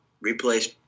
replace